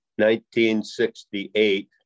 1968